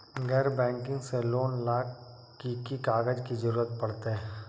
गैर बैंकिंग से लोन ला की की कागज के जरूरत पड़तै?